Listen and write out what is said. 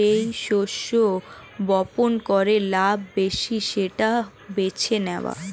যেই শস্য বপন করে লাভ বেশি সেটা বেছে নেওয়া